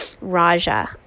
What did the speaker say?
Raja